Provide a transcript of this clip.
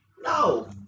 no